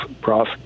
prof